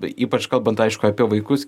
ypač kalbant aišku apie vaikus